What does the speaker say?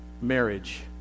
marriage